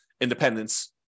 independence